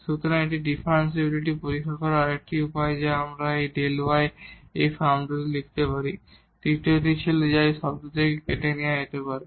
সুতরাং এটি ডিফারেনশিবিলিটি পরীক্ষা করার আরেকটি উপায় যা আমরা এই Δ y এই ফর্মটিতে লিখতে পারি তৃতীয়টি ছিল যা এই শব্দটি থেকেই কেটে নেওয়া যেতে পারে